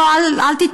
לא, אל תטעו.